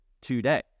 today